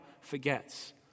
forgets